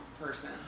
person